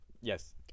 Yes